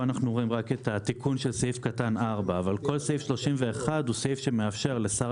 פה אנו רואים רק את התיקון של סעיף קטן (4) אבל כל סעיף 31 מאפשר לשר